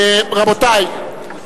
רבותי,